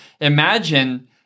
imagine